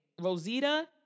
Rosita